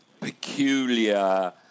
peculiar